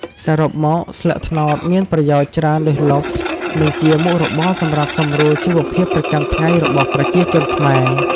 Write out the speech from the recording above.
សរុបមក ស្លឹកត្នោតមានប្រយោជន៍ច្រើនលើសលប់ និងជាមុខរបរសម្រាប់សម្រួលជីវភាពប្រចាំថ្ងៃរបស់ប្រជាជនខ្មែរ។